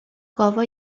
گاوا